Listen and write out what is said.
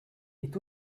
est